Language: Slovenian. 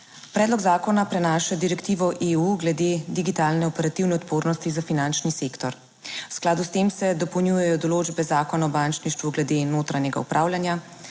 Predlog zakona prenaša direktivo EU glede digitalne operativne odpornosti za finančni sektor v skladu s tem se dopolnjujejo določbe Zakona o bančništvu glede notranjega upravljanja